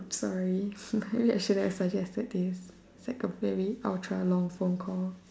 sorry hardly should I have suggested this is like a very ultra long phone call